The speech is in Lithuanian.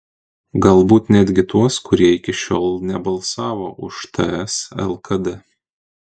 galbūt netgi tuos kurie iki šiol nebalsavo už ts lkd